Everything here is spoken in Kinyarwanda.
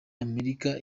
amerika